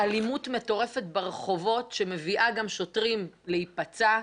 אלימות מטורפת ברחובות שמביאה גם שוטרים להיפצע,